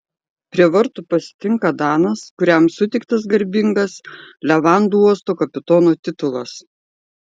prie vartų pasitinka danas kuriam suteiktas garbingas levandų uosto kapitono titulas